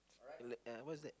uh what's that